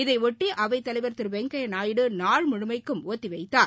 இதையொட்டி அவைத்தலைவர் திரு வெங்கையா நாயுடு நாள் முழுமைக்கும் ஒத்தி வைத்தார்